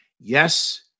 Yes